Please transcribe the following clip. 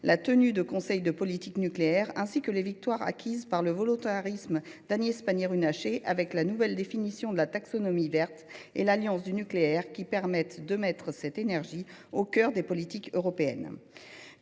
la tenue de conseils de politique nucléaire, ainsi que les victoires acquises par le volontarisme d’Agnès Pannier Runacher, telles que la nouvelle définition de la taxonomie verte et la création de l’Alliance du nucléaire, qui permettent de placer cette énergie au cœur des politiques européennes.